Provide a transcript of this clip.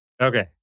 Okay